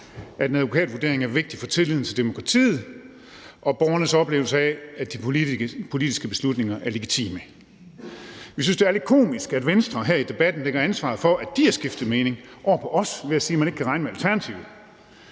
at en advokatvurdering er vigtig for tilliden til demokratiet og for borgernes oplevelse af, at de politiske beslutninger er legitime. Vi synes, det er lidt komisk, at Venstre her i debatten lægger ansvaret for, at de har skiftet mening, over på os ved at sige, at man ikke kan regne med Alternativet.